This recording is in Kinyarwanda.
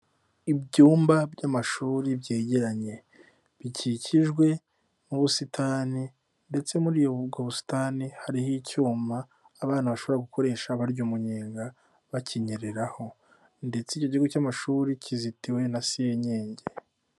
Ibyumba by'amashuri byegeranye. Bikikijwe n'ubusitani ndetse muri ubwo busitani hariho icyuma abana bashobora gukoresha barya umunyenga, bakinyerereraho ndetse igihugu cy'amashuri kizitiwe na senyenge.